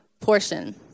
portion